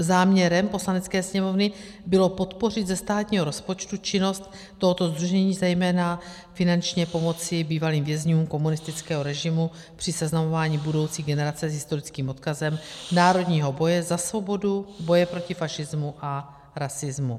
Záměrem Poslanecké sněmovny bylo podpořit ze státního rozpočtu činnost tohoto sdružení, zejména finančně pomoci bývalým vězňům komunistického režimu, při seznamování budoucí generace s historickým odkazem národního boje za svobodu, boje proti fašismu a rasismu.